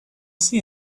see